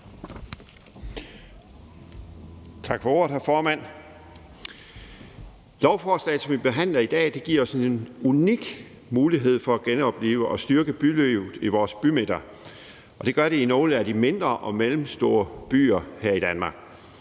Tak for ordet, hr. formand. Lovforslaget, som vi behandler i dag, giver os en unik mulighed for at genoplive og styrke bylivet i vores bymidter i nogle af de mindre og mellemstore byer her i Danmark.